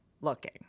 looking